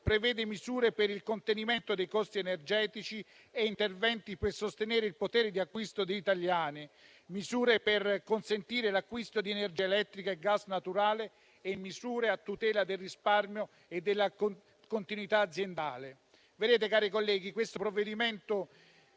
prevede misure per il contenimento dei costi energetici e interventi per sostenere il potere di acquisto degli italiani, misure per consentire l'acquisto di energia elettrica e gas naturale e misure a tutela del risparmio e della continuità aziendale.